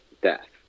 death